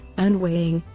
anne weying